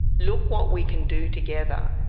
look what we can do together.